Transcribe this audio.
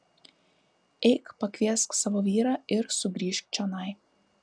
eik pakviesk savo vyrą ir sugrįžk čionai